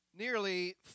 Nearly